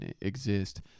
exist